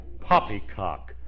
Poppycock